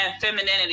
femininity